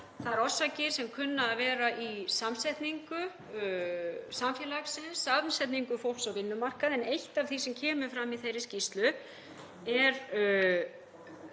þær orsakir sem kunna að vera í samsetningu samfélagsins, samsetningu fólks á vinnumarkaði, en eitt af því sem kemur fram í þeirri skýrslu er